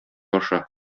аша